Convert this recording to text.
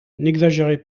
n’exagérez